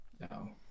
no